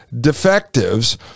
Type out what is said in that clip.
defectives